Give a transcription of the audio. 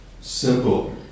simple